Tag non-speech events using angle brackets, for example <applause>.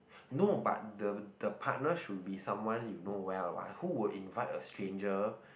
<breath> no but the the partner should be someone you know well like who will invite a stranger